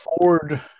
Ford